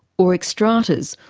or xtratas,